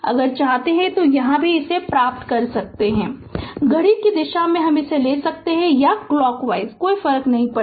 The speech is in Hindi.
अगर चाहते हैं तो यहां भी प्राप्त कर सकते हैं कर सकते हैं घड़ी की दिशा में ले सकते हैं या क्लॉकवाइज कोई फर्क नहीं पड़ता